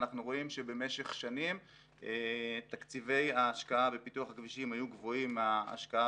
אנחנו רואים שבמשך שנים תקציבי ההשקעה בפיתוח הכבישים היו גבוהים מההשקעה